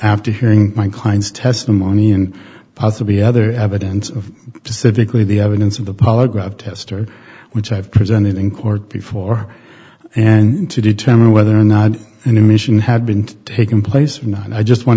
after hearing my client's testimony and possibly other evidence of pacifically the evidence of the polygraph test or which i've presented in court before and to determine whether or not a new mission had been taken place or not i just want